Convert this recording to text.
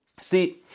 See